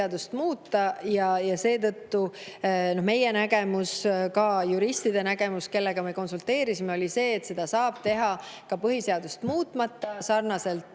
Seetõttu meie nägemus, ka nende juristide nägemus, kellega me konsulteerisime, oli see, et seda saab teha ka põhiseadust muutmata, sarnaselt